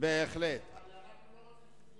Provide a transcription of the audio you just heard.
אבל אנחנו לא רוצים,